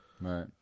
Right